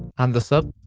and the sub.